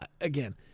Again